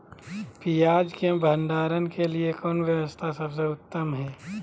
पियाज़ के भंडारण के लिए कौन व्यवस्था सबसे उत्तम है?